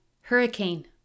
Hurricane